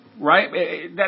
right